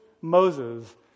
Moses